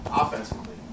Offensively